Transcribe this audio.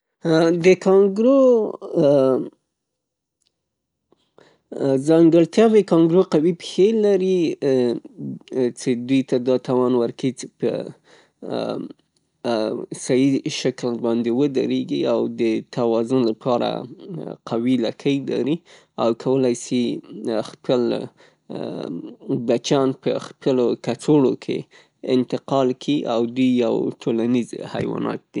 د کانګرو ځانګړتیاوې: کانګرو قوي پښې لري چې دوی ته دا توان ورکي چې په صحیح شکل باندې ودریږي او د توازن له پاره قوي لکۍ لري او کولی شي خپل بچیان په خپلو کڅوړو کې انتقال کي او دوی یو ټولنیز حیوانات دي.